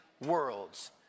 worlds